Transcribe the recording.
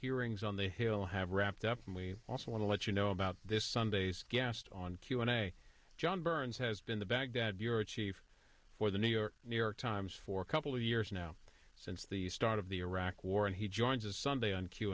hearings on the hill have wrapped up and we also want to let you know about this sunday's gas on q and a john burns has been the baghdad bureau chief for the new york new york times for a couple of years now since the start of the iraq war and he joins us sunday on q